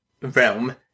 realm